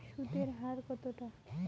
সুদের হার কতটা?